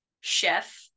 chef